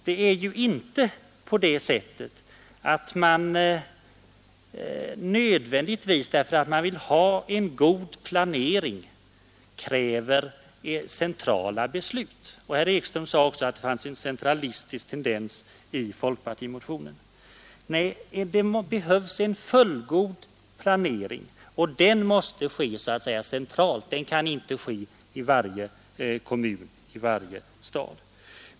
Det krävs inte nödvändigtvis en mängd centrala beslut därför att man vill ha en god planering. Herr Ekström sade också att det fanns en centralistisk tendens i Ingalunda. Vi det den centralt. anser att ske behövs en fullgod planering för riket, Den kan inte utföras på varje ort, hur skulle det se ut?